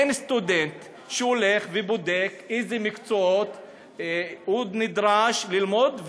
אין סטודנט שהולך ובודק איזה מקצועות הוא נדרש ללמוד,